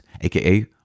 AKA